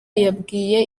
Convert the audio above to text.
yabwiye